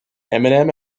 eminem